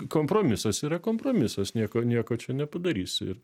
kompromisas yra kompromisas nieko nieko čia nepadarysi ir